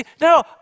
no